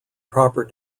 proper